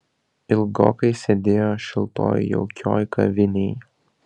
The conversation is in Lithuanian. ilgokai sėdėjo šiltoj jaukioj kavinėj